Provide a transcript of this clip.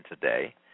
today